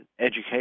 Education